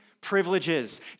privileges